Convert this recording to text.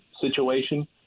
situation